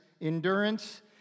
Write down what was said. endurance